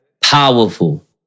Powerful